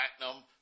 platinum